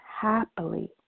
happily